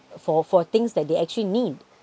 for for things that they actually need